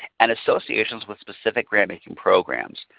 and associations with specific grant making programs.